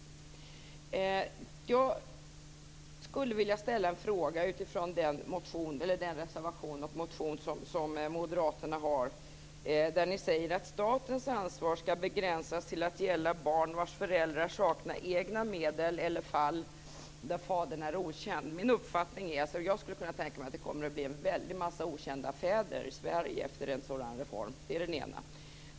Jag skulle vilja ställa en fråga utifrån den moderata reservation och motion där ni säger att statens ansvar skall begränsas till att gälla barn vars föräldrar saknar egna medel eller fall där fadern är okänd. Jag skulle kunna tänka mig att det kommer att bli en väldig massa okända fäder i Sverige efter en sådan reform. Det är det ena.